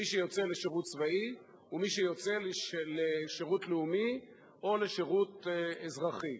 מי שיוצא לשירות צבאי ומי שיוצא לשירות לאומי או לשירות אזרחי.